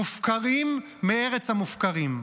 מופקרים מארץ המופקרים.